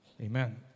amen